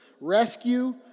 rescue